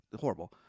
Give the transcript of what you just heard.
Horrible